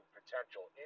potential